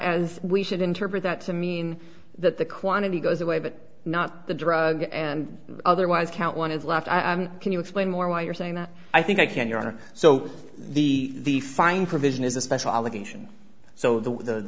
as we should interpret that to mean that the quantity goes away but not the drug and otherwise count one is left can you explain more why you're saying that i think i can your honor so the the fine provision is a special obligation so the